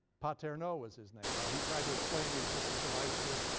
paterno was his name, right? he tried to explain the existence of isomers.